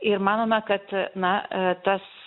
ir manome kad na tas